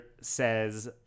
says